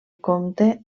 comte